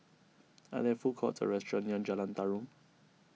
are there food courts or restaurants near Jalan Tarum